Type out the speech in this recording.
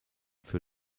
für